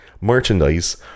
merchandise